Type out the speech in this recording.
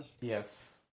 Yes